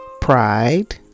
pride